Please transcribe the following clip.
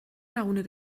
lagunek